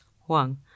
Huang